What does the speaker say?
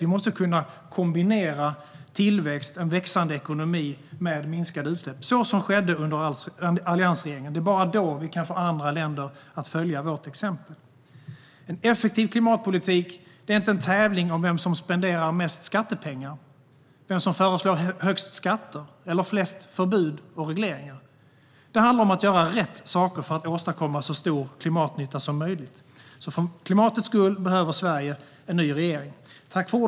Vi måste kunna kombinera tillväxt och en växande ekonomi med minskade utsläpp, så som skedde under alliansregeringen. Det är bara då vi kan få andra länder att följa vårt exempel. En effektiv klimatpolitik är inte en tävling om vem som spenderar mest skattepengar eller vem som föreslår högst skatter eller flest förbud och regleringar. Det handlar om att göra rätt saker för att åstadkomma så stor klimatnytta som möjligt. För klimatets skull behöver Sverige en ny regering.